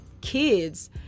kids